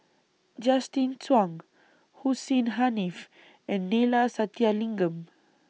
Justin Zhuang Hussein Haniff and Neila Sathyalingam